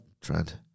Trent